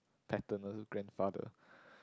paternal grandfather